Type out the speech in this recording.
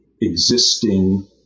existing